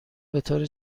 بطور